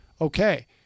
Okay